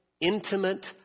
intimate